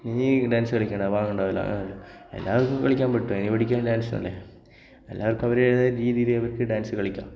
നീ ഡാൻസ് കളിക്കണ്ട പാകം ഉണ്ടാവില്ല എല്ലാവർക്കും കളിക്കാൻ പറ്റും എവെരിബഡി ക്യാൻ ഡാൻസ് എന്ന് അല്ലെ എല്ലാവർക്കും അവരുടേതായ രീതിയിൽ അവർക്ക് ഡാൻസ് കളിക്കാം